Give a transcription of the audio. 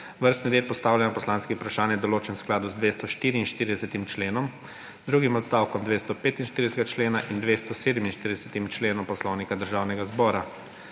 Vrstni red postavljanja poslanskih vprašanj je določen v skladu z 244. členom, drugim odstavkom 245. člena in 247. členom Poslovnika Državnega zbora.